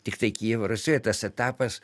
tiktai kijevo rusioje tas etapas